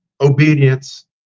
obedience